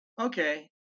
okay